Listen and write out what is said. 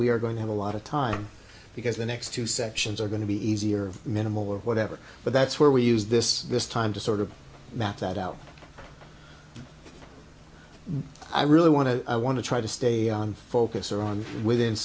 we are going to have a lot of time because the next two sections are going to be easier minimal or whatever but that's where we use this this time to sort of map that out i really want to i want to try to stay on focus around within